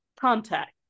contact